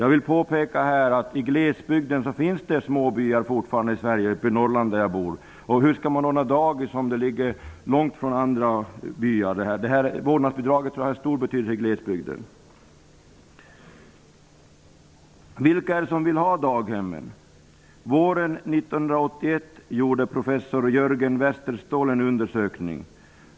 Jag vill påpeka att det i glesbygden fortfarande finns byar, uppe i Norrland, där det är svårt att ordna dagisplats därför dagiset ligger långt bort i en annan by. Vårdnadsbidraget kommer att ha stor betydelse i glesbygden. gjorde professor Jörgen Westerståhl en undersökning.